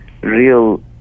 real